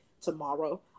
tomorrow